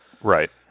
Right